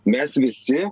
mes visi